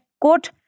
quote